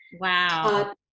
wow